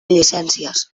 llicències